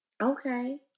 Okay